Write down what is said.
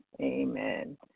Amen